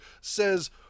says